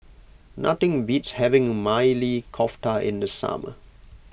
nothing beats having Maili Kofta in the summer